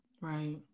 Right